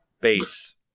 base